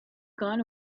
gone